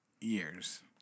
years